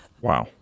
Wow